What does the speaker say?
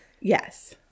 Yes